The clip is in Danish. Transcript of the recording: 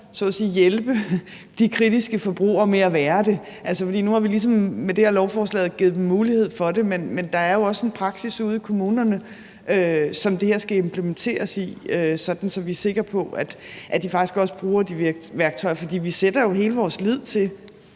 vil hjælpe de kritiske forbrugere med at være det. For nu har vi med det her lovforslag ligesom givet dem en mulighed for det, men der er jo også en praksis ude i kommunerne, som det her skal implementeres i, sådan at vi er sikre på, at de faktisk også bruger de værktøjer. For vi sætter jo hele vores lid til,